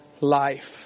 life